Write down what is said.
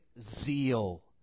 zeal